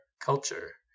culture